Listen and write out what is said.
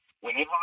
Whenever